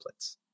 templates